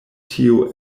tio